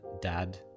Dad